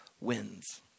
wins